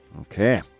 Okay